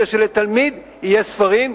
כדי שלתלמיד יהיו ספרים,